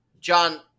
John